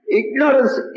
ignorance